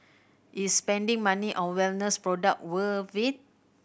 is spending money on wellness product worth it